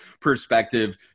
perspective